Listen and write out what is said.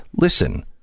Listen